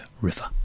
River